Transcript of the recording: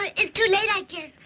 ah it's too late, i guess.